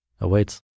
awaits